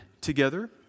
together